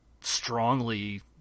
strongly